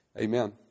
Amen